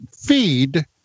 feed